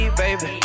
baby